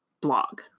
blog